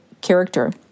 character